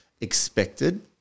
expected